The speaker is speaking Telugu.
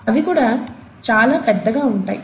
అవి కూడా చాలా పెద్దగా ఉంటాయి